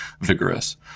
vigorous